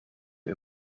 heb